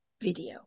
video